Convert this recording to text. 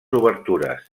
obertures